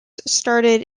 started